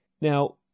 Now